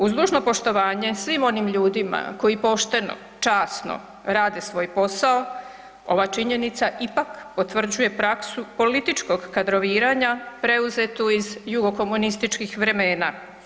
Uz dužno poštovanje svim onim ljudima koji pošteno, časno rade svoj posao, ova činjenica ipak potvrđuje praksu političkog kadroviranja preuzetu iz jugo-komunističkih vremena.